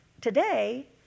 today